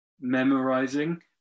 memorizing